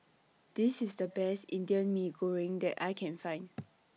This IS The Best Indian Mee Goreng that I Can Find